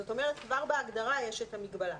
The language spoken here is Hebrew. זאת אומרת כבר בהגדרה יש את המגבלה.